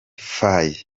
faye